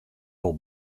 wol